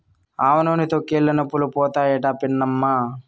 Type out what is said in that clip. ఆవనూనెతో కీళ్లనొప్పులు పోతాయట పిన్నమ్మా